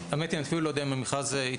האמת היא שאני אפילו לא יודע אם המכרז התפרסם,